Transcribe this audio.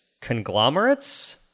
conglomerates